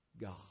God